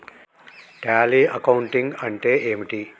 Tally accounting అంటే ఏమిటి?